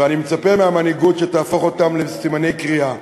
ואני מצפה מהמנהיגות שתהפוך אותם לסימני קריאה.